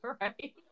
Right